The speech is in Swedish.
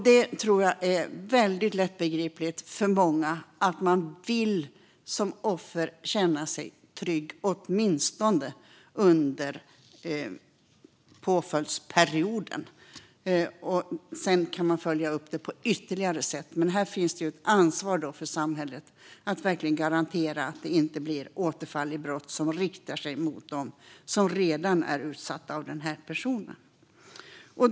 Detta tror jag är lättbegripligt för många - man vill som offer känna sig trygg, åtminstone under påföljdsperioden. Sedan kan det följas upp ytterligare, men det finns ett ansvar för samhället att garantera att det inte sker återfall i brott som riktar sig mot dem som redan utsatts av personen i fråga.